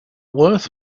worth